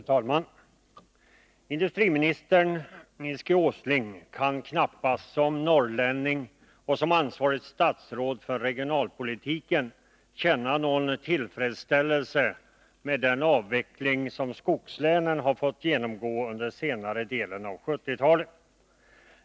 Herr talman! Industriminister Nils G. Åsling kan knappast, som norrlänning och som statsråd med ansvar för regionalpolitiken, känna någon tillfredsställelse med den avveckling som skogslänen genomgått under senare delen av 1970-talet.